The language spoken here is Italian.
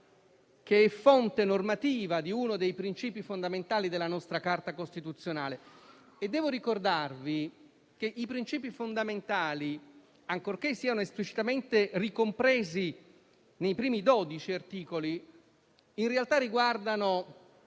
che è fonte normativa di uno dei principi fondamentali della nostra Carta costituzionale. Devo ricordare che i principi fondamentali, ancorché siano esplicitamente ricompresi nei primi 12 articoli della Carta, riguardano